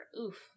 oof